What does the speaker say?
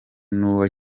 n’uwa